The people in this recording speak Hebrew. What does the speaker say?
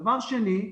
דבר שני,